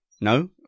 No